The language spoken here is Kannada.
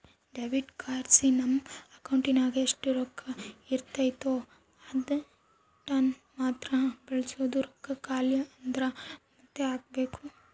ಡೆಬಿಟ್ ಕಾರ್ಡ್ಲಾಸಿ ನಮ್ ಅಕೌಂಟಿನಾಗ ಎಷ್ಟು ರೊಕ್ಕ ಇರ್ತತೋ ಅದೀಟನ್ನಮಾತ್ರ ಬಳಸ್ಬೋದು, ರೊಕ್ಕ ಖಾಲಿ ಆದ್ರ ಮಾತ್ತೆ ಹಾಕ್ಬಕು